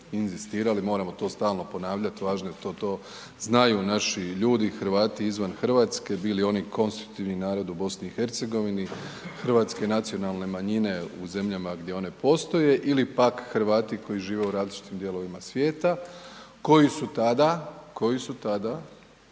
moramo to stalno ponavljati, važno je to da znaju naši ljudi, Hrvati izvan Hrvatske, bili oni konstitutivni narod u BiH-u, hrvatske nacionalne manjine u zemljama gdje one postoje ili pak Hrvati koji žive u različitim dijelovima svijeta, koji su tada